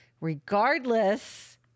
regardless